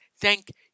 thank